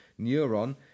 Neuron